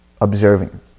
observing